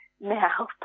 now